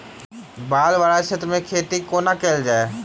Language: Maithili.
बाढ़ वला क्षेत्र मे खेती कोना कैल जाय?